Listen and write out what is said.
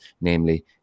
namely